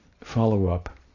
follow-up